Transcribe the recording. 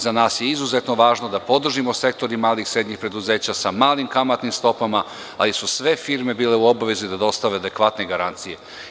Za nas je važno da podržimo sektor malih i srednjih preduzeća sa malim kamatnim stopama, ali su sve firme bile u obavezi da dostave adekvatne garancije.